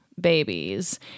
babies